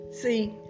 see